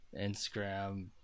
instagram